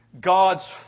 God's